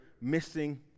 missing